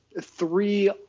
three